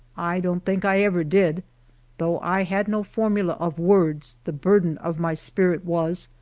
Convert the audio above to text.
i don't think i ever did though i had no formula of words, the burden of my spirit was,